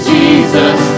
Jesus